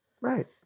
Right